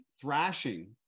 thrashing